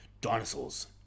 dinosaurs